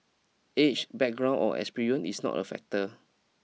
age background or experience is not a factor